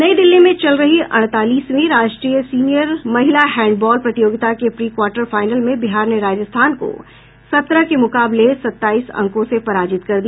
नई दिल्ली में चल रही अड़तालीसवीं राष्ट्रीय सीनियर महिला हैंड बॉल प्रतियोगिता के प्री क्वार्टर फाईनल में बिहार ने राजस्थान को सत्रह के मुकाबले सत्ताईस अंकों से पराजित कर दिया